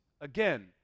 Again